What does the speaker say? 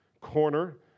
corner